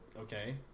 Okay